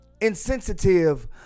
insensitive